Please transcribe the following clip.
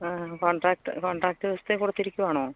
ആ contract contract വ്യവസ്ഥ കൊടുത്തിരിക്കുവാണോ